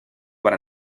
para